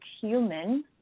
human